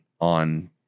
on